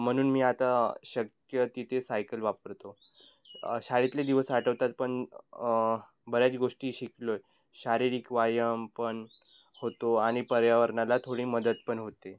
म्हणून मी आता शक्य तिथे सायकल वापरतो शाळेतले दिवस आठवतात पण बऱ्याच गोष्टी शिकलो शारीरिक व्यायाम पण होतो आणि पर्यावरणाला थोडी मदत पण होते